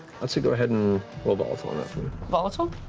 let's see, go ahead and roll volatile and volatile